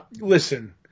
Listen